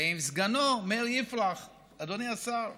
ועם סגנו מאיר יפרח, אדוני השר.